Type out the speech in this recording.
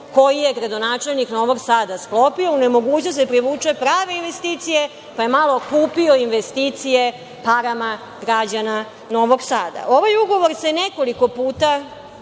koji je gradonačelnik Novog Sada sklopio u nemogućnosti za privuče prave investicije, pa je malo kupio investicije parama građana Novog Sada. Ovaj ugovor se nekoliko puta